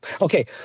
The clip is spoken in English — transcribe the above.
Okay